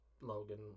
Logan